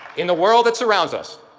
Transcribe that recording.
in the world that surrounds us,